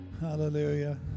Hallelujah